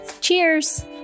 Cheers